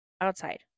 outside